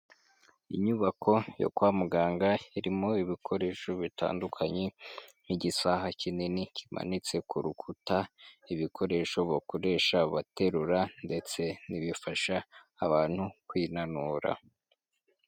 Inyubako yo kwa muganga irimo ibikoresho bitandukanye nk'igisaha kinini kimanitse ku rukuta ibikoresho bakoresha baterura ndetse n'ibifasha abantu kwinanura.